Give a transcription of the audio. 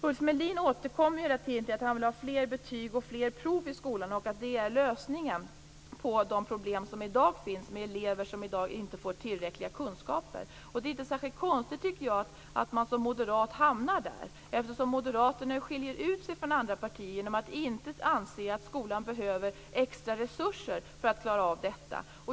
Ulf Melin återkommer ju hela tiden till att han vill ha fler betyg och fler prov i skolan och att det skulle vara lösningen på de problem som i dag finns med elever som inte får tillräckliga kunskaper. Det är inte särskilt konstigt, tycker jag, att man som moderat hamnar där. Moderaterna skiljer ju ut sig från andra partier genom att inte anse att skolan behöver extra resurser för att klara av detta.